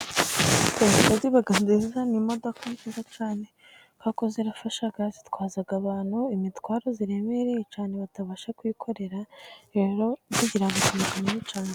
Toyota ziba nziza, ni imodoka nziza cyane kuberako zirafasha zitwaza abantu imitwaro iremereye cyane batabasha kwikorera, rero zigira akamaro kanini cyane.